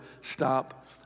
stop